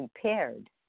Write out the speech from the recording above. prepared